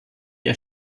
der